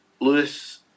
Lewis